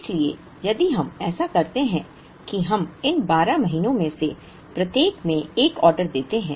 इसलिए यदि हम ऐसा करते हैं कि हम इन 12 महीनों में से प्रत्येक में एक ऑर्डर देते हैं